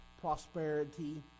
prosperity